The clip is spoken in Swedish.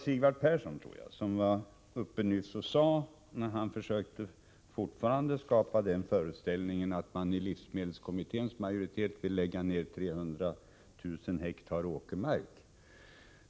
Sigvard Persson försökte i sitt senaste inlägg återigen skapa föreställningen att livsmedelskommitténs majoritet vill lägga ner 300 000 hektar åkermark.